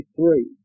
three